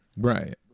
Right